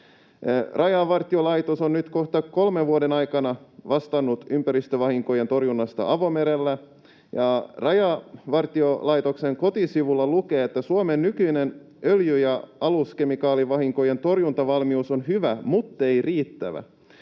Rajavartiolaitos on nyt kohta kolmen vuoden ajan vastannut ympäristövahinkojen torjunnasta avomerellä, ja Rajavartiolaitoksen kotisivuilla lukee, että ”Suomen nykyinen öljy- ja aluskemikaalivahinkojen torjuntavalmius on hyvä, muttei riittävä”.